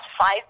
five